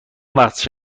وقتش